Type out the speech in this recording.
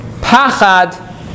Pachad